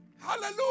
Hallelujah